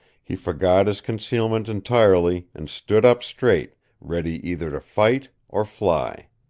he forgot his concealment entirely and stood up straight, ready either to fight or fly.